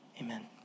amen